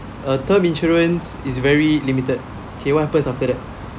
a term insurance is very limited kay what happens after that